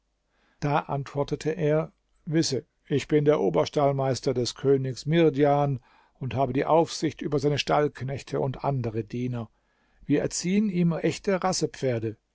da antwortete er wisse ich bin der oberstallmeister des königs mihrdjan und habe die aufsicht über seine stallknechte und andere diener wir erziehen ihm echte